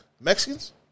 Mexicans